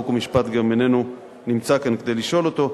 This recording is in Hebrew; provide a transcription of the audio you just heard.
חוק ומשפט גם איננו נמצא כאן כדי לשאול אותו,